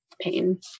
pain